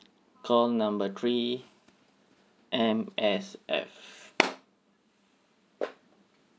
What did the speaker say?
call number three M_S_F